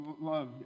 love